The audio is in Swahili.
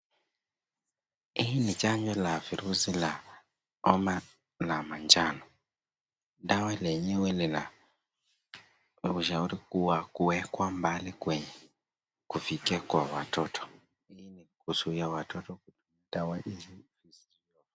Hili ni chanjo la virusi la homa la manjano. Dawa lenyeww Lina ushari kuwa kuwekwa mbali kufikiwa na watoto, kutumia watoto dawa hii.